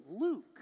Luke